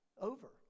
over